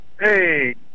Hey